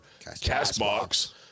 Castbox